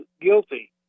guilty